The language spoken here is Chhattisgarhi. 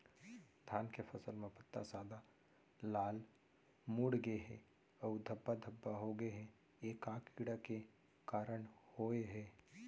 धान के फसल म पत्ता सादा, लाल, मुड़ गे हे अऊ धब्बा धब्बा होगे हे, ए का कीड़ा के कारण होय हे?